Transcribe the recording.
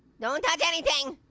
no one touch anything.